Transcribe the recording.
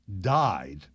died